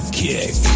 kick